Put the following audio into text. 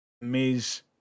Miz